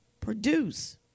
produce